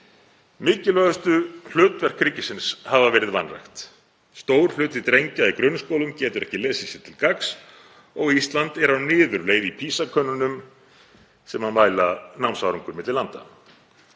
Mikilvægustu hlutverk ríkisins hafa verið vanrækt. Stór hluti drengja í grunnskólum getur ekki lesið sér til gagns og Ísland er á niðurleið í PISA-könnunum sem mæla námsárangur milli landa.